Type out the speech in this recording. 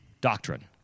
doctrine